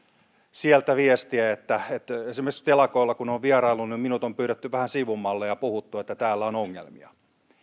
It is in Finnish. sieltä viestiä että esimerkiksi telakoilla kun olen vieraillut minut on pyydetty vähän sivummalle ja puhuttu että täällä on ongelmia